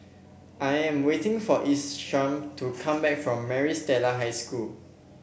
I am waiting for Isam to come back from Maris Stella High School